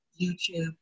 YouTube